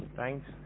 thanks